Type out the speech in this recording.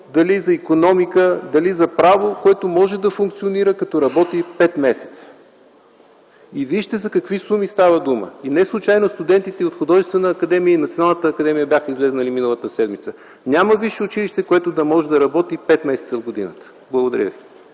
дали за икономика, дали за право, което може да функционира, като работи пет месеца. Вижте за какви суми става дума. Неслучайно студентите от Художествената академия и Националната академия бяха излезли миналата седмица. Няма висше училище, което да може да работи пет месеца в годината. Благодаря ви.